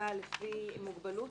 לפי מוגבלות